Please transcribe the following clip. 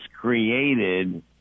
created